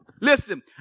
Listen